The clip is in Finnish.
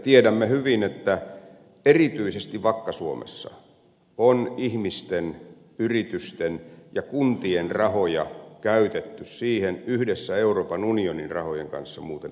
tiedämme hyvin että erityisesti vakka suomessa on käytetty siihen ihmisten yritysten ja kuntien rahoja yhdessä euroopan unionin rahojen kanssa muuten ed